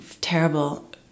terrible